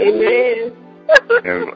Amen